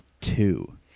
Two